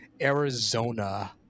Arizona